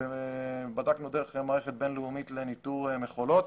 בדקנו דרך מערכת בין-לאומית לניטור מכולות.